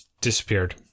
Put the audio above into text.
disappeared